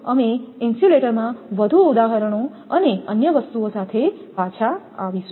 અમે ઇન્સ્યુલેટરમાં વધુ ઉદાહરણો અને અન્ય વસ્તુઓ સાથે પાછા આવીશું